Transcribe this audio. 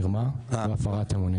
מרמה והפרת אמונים.